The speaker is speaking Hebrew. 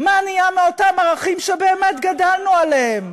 מוסר את הילדים שלו עם אותם ערכים שאנחנו מחנכים עליהם,